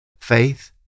Faith